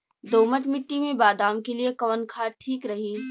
दोमट मिट्टी मे बादाम के लिए कवन खाद ठीक रही?